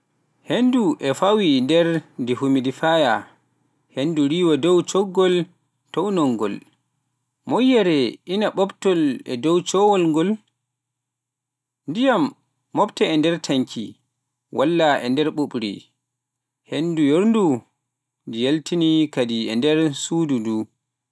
Henndu ina fawee e nder dehumidifier, Henndu ina rewa e dow cowol toowngol, Moƴƴere ina ɓuuɓtoo e dow cowol ngol (hono toɓɓe ndiyam), Ndiyam ina moofta e nder tanki walla e nder ɓuuɓri, Henndu yoorndu ina yaltinee kadi e nder suudu nduu